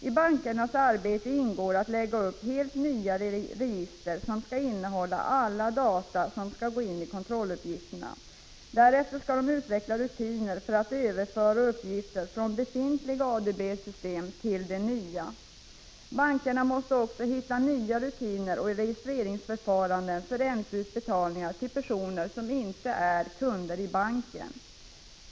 I bankernas arbete ingår att lägga upp helt nya register, som skall innehålla alla data som skall ingå i kontrolluppgifterna. Därefter skall de utveckla rutiner för att överföra uppgifter från befintliga ADB-system till det nya. Bankerna måste också hitta nya rutiner och registreringsförfaranden för ränteutbetalningarna till personer som inte är kunder i banken.